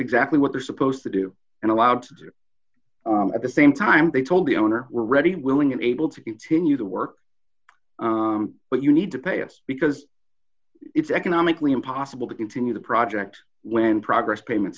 exactly what they're supposed to do and allowed to do at the same time they told the owner were ready willing and able to continue the work but you need to pay us because it's economically impossible to continue the project when progress payments